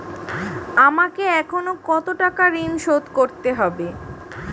আমাকে এখনো কত টাকা ঋণ শোধ করতে হবে?